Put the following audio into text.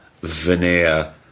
veneer